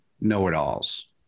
know-it-alls